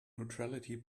neutrality